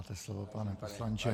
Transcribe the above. Máte slovo, pane poslanče.